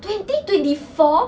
twenty twenty four